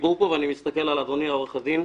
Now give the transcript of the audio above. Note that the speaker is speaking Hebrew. שדיברו פה, ואני מסתכל על אדוני העורך דין.